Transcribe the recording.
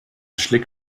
schlick